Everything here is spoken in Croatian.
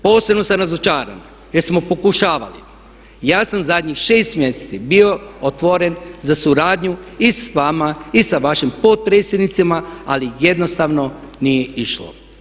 Posebno sam razočaran jer smo pokušavali ja sam zadnjih šest mjeseci bio otvoren za suradnju i sa vama i sa vašim potpredsjednicima ali jednostavno nije išlo.